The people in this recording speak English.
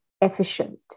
efficient